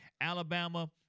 Alabama